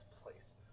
place